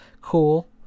cool